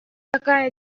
такая